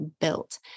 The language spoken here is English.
built